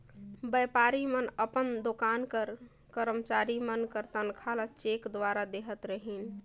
बयपारी मन अपन दोकान कर करमचारी मन कर तनखा ल चेक दुवारा देहत रहिन